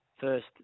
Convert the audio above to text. first